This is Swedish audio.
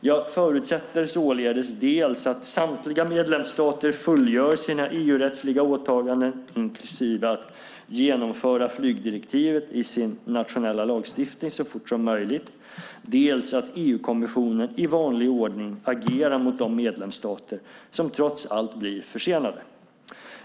Jag förutsätter således dels att samtliga medlemsstater fullgör sina EU-rättsliga åtaganden, inklusive att genomföra flygdirektivet i sin nationella lagstiftning så fort som möjligt, dels att EU-kommissionen i vanlig ordning agerar mot de medlemsstater som trots allt blir försenade.